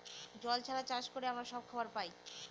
জল ছাড়া চাষ করে আমরা সব খাবার পায়